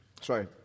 Sorry